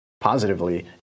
positively